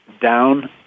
down